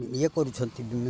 ଇଏ କରୁଛନ୍ତି